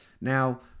Now